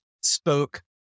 spoke